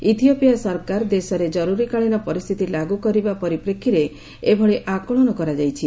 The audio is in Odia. ଇଥିଓପିଆ ସରକାର ଦେଶରେ ଜରୁରିକାଳୀନ ପରିସ୍ଥିତି ଲାଗୁ କରିବା ପରିପ୍ରେକ୍ଷୀରେ ଏଭଳି ଆକଳନ କରାଯାଇଛି